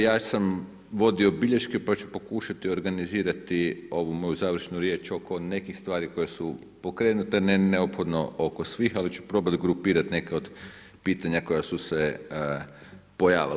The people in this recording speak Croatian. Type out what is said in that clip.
Ja sam vodio bilješke, pa ću pokušati organizirati ovu moju završnu riječ, oko nekih stvari koje su pokrenute, ne neophodno oko svih, ali ću probati grupirati neke od pitanja, koja su se pojavila.